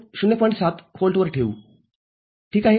७ volt वर ठेवू ठीक आहे